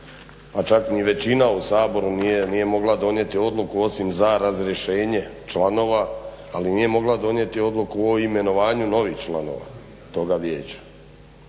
a čak ni većina u Saboru nije mogla donijeti odluku osim za razrješenje članova ali nije mogla donijeti odluku o imenovanju novih članova toga vijeća.